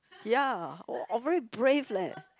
ya uh very brave leh